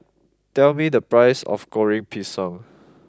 tell me the price of Goreng Pisang